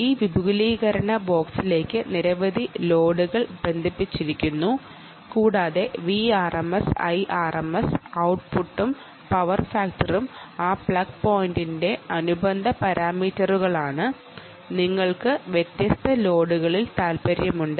ഈ എക്സ്റ്റൻഷൻ ബോക്സിലേക്ക് നിരവധി ലോഡുകൾ ബന്ധിപ്പിച്ചിരിക്കുന്നു കൂടാതെ Vrms Irms ഔട്ട്പുട്ടും പവർ ഫാക്ടറും ആ പ്ലഗ് പോയിന്റിന്റെ അനുബന്ധ പാരാമീറ്ററുകളാണ് നിങ്ങൾക്ക് വ്യത്യസ്ത ലോഡുകളിൽ പ്രവർത്തിക്കാൻ താല്പര്യം കാണും